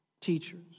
teachers